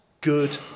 good